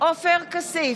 עופר כסיף,